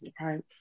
Right